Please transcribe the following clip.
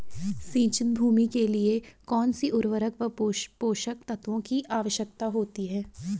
सिंचित भूमि के लिए कौन सी उर्वरक व पोषक तत्वों की आवश्यकता होती है?